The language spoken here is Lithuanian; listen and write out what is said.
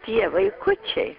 tie vaikučiai